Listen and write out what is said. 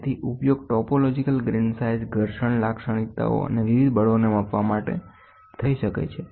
તેથી તેનો ઉપયોગ ટોપોલોજીકલ ગ્રેઇન સાઇઝ ઘર્ષણ લાક્ષણિકતાઓ અને વિવિધ બળોને માપવા માટે થઈ શકે છે